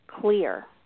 clear